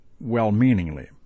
well-meaningly